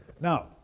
Now